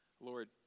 Lord